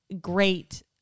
great